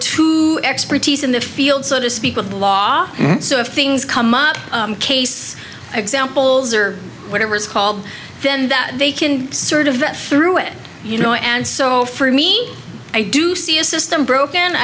two expertise in the field so to speak of the law so if things come out case examples or whatever it's called then that they can sort of that through it you know and so for me i do see a system broke